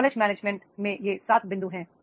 knowledge management में ये 7 बिंदु हैं